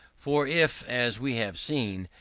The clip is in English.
for if, as we have seen,